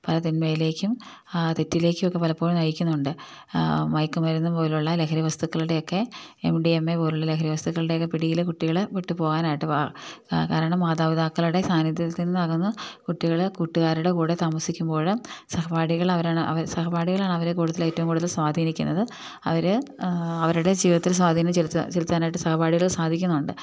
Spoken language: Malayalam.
പല തിന്മയിലേക്കും തെറ്റിലേക്കുമൊക്കെ പലപ്പോഴും നയിക്കുന്നുണ്ട് മയക്കുമരുന്നു പോലെയുള്ള ലഹരി വസ്തുക്കളുടെയൊക്കെ എം ഡി എം എ പോലെയുള്ള ലഹരി വസ്തുക്കളുടെയൊക്കെ പിടിയില് കുട്ടികള് പെട്ടുപോകാനായിട്ട് കാരണം മാതാപിതാക്കളുടെ സാന്നിധ്യത്തിൽ നിന്നകന്ന് കുട്ടികള് കൂട്ടുകാരുടെ കൂടെ താമസിക്കുമ്പോള് സഹപാഠികളാണവരെ ഏറ്റവും കൂടുതൽ സ്വാധീനിക്കുന്നത് അവര് അവരുടെ ജീവിതത്തിൽ സ്വാധീനം ചെലുത്താനായിട്ട് സഹപാഠികൾക്ക് സാധിക്കുന്നുണ്ട്